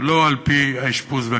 ולא על-פי האשפוז והכסף.